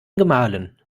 gemahlen